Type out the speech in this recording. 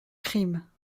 crime